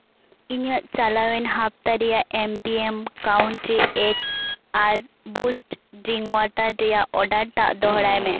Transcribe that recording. ᱤᱧᱟᱹᱜ ᱪᱟᱞᱟᱣᱮᱱ ᱦᱟᱯᱛᱟ ᱨᱮᱭᱟᱜ ᱮᱢ ᱯᱤ ᱮᱢ ᱠᱟᱣᱩᱱᱴ ᱨᱮ X R boost drink water ᱨᱮᱭᱟᱜ ᱚᱰᱟᱨᱴᱟᱜ ᱫᱚᱦᱲᱟᱭ ᱢᱮ